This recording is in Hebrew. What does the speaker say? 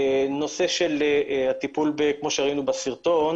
הטיפול כמו שראינו בסרטון